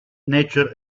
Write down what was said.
nature